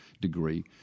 degree